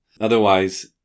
Otherwise